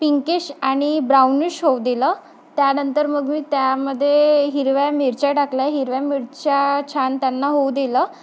pinkish आणि brownish होऊ दिलं त्यानंतर मग मी त्यामध्ये हिरव्या मिरच्या टाकल्या हिरव्या मिरच्या छान त्यांना होऊ दिलं